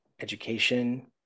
education